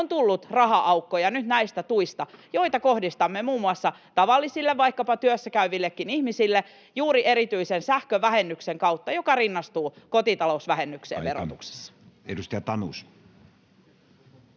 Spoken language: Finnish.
on tullut raha-aukkoja nyt näistä tuista, joita kohdistamme muun muassa tavallisille, vaikkapa työssäkäyvillekin, ihmisille juuri erityisen sähkövähennyksen kautta, joka rinnastuu kotitalousvähennykseen verotuksessa. [Speech 34]